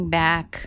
back